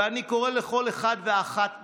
ואני קורא לכל אחד ואחת מכם,